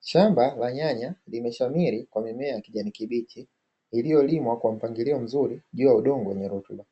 Shamba la nyanya limeshamiri kwa mimea ya kijani kibichi, iliyolimwa kwa mpangilio mzuri juu ya udongo wenye rutuba.